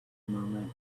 moment